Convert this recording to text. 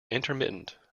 intermittent